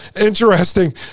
interesting